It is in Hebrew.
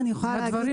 אימאן